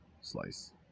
Slice